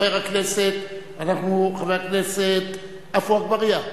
חבר הכנסת עפו אגבאריה,